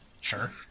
Sure